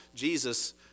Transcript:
Jesus